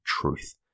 truth